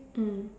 mm